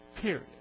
Period